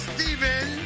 Steven